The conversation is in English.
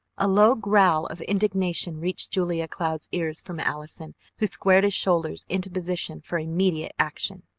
a low growl of indignation reached julia cloud's ears from allison, who squared his shoulders into position for immediate action.